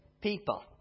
people